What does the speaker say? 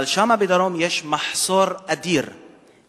אבל שם בדרום יש מחסור אדיר בקב"סים,